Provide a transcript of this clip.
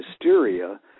hysteria